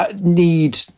need